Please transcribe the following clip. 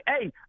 Hey